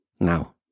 Now